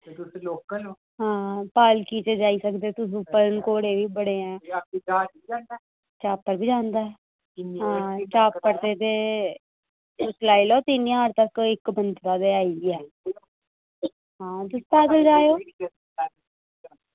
ते पालकी च जाई सकदे तुस घोड़े बी बड़े ऐं कॉप्टर बी जंदा ऐ कॉप्टर च ते लाई लैओ कोई तीन ज्हार इक्क बंदे दा गै आई जा आं ते पैदल जाओ